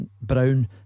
Brown